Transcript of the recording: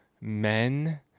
men